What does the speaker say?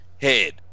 head